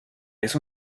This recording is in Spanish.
eso